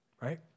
right